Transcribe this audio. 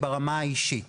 ברמה האישית.